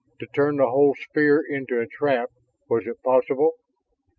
to turn the whole sphere into a trap was it possible?